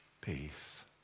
Peace